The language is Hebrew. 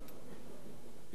הצליחה להשתלט עליהן.